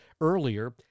earlier